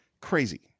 Crazy